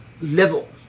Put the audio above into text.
level